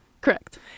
Correct